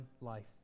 life